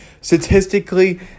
statistically